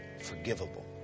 forgivable